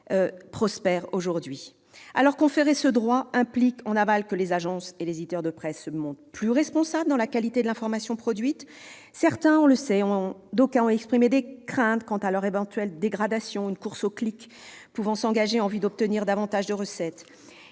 prospèrent aujourd'hui. Reconnaître ce droit implique, en aval, que les agences et éditeurs de presse se montrent plus responsables dans la qualité de l'information produite. D'aucuns ont exprimé des craintes quant à son éventuelle dégradation, une course aux clics pouvant s'engager en vue d'obtenir davantage de recettes.